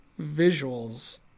visuals